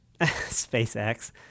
SpaceX